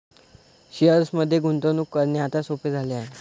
शेअर्समध्ये गुंतवणूक करणे आता सोपे झाले आहे